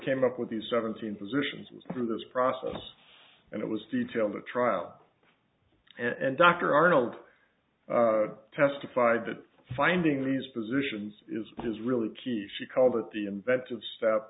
came up with these seventeen positions through this process and it was detail the trial and dr arnold testified that finding these positions is really key she called it the inventive st